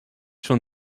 schon